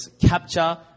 capture